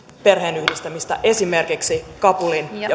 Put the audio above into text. perheenyhdistämistä esimerkiksi kabulin ja